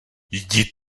jdi